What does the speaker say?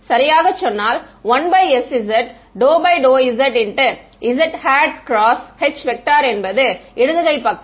சரியாக சொன்னால் 1sz∂∂zz×H என்பது இடது கை பக்கம்